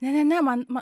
ne ne ne man ma